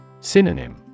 Synonym